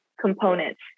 components